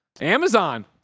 Amazon